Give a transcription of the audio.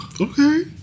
Okay